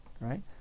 right